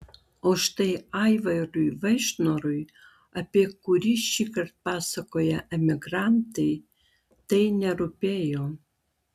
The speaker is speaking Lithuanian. o štai aivarui vaišnorui apie kurį šįkart pasakoja emigrantai tai nerūpėjo